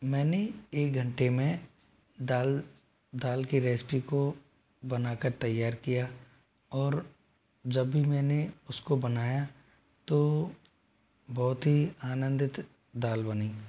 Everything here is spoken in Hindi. मैंने एक घंटे में दाल दाल की रेसिपी को बना कर तैयार किया और जब भी मैंने उस को बनाया तो बहुत ही आनंदित दाल बनी